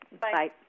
Bye